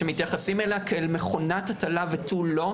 מתייחסים אליה כאל מכונת הטלה ותו לא,